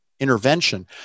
Intervention